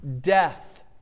death